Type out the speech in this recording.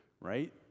right